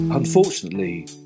Unfortunately